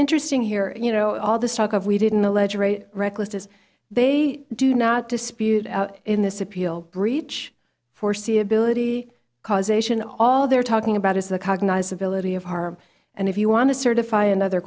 interesting here you know all this talk of we didn't the ledger a recklessness they do not dispute in this appeal breach foreseeability causation all they're talking about is the cognize ability of harm and if you want to certify another